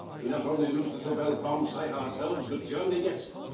we not only lose the tobel bomb sight ourselves but germany gets it.